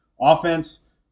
Offense